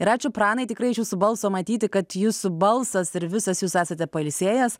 ir ačiū pranai tikrai iš jūsų balso matyti kad jūsų balsas ir visas jūs esate pailsėjęs